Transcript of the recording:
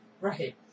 Right